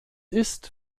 ist